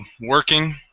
Working